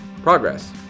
Progress